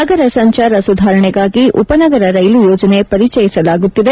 ನಗರ ಸಂಚಾರ ಸುಧಾರಣೆಗಾಗಿ ಉಪನಗರ ರೈಲು ಯೋಜನೆ ಪರಿಚಯಿಸಲಾಗುತ್ತಿದೆ